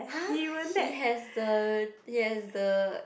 !huh! he has the he has the